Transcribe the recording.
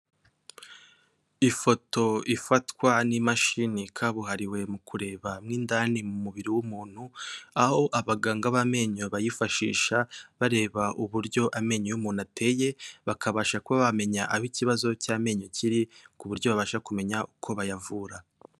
Ifoto ifatwa n'imashini kabuhariwe mu kureba mo indani mu mubiri w'umuntu, aho abaganga b'amenyo bayifashisha bareba uburyo amenyo y'umuntu ateye, bakabasha kuba bamenya aho ikibazo cy'amenyo kiri, ku buryo babasha kumenya uko bayavura.